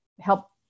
help